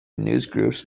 newsgroups